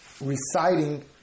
reciting